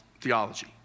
theology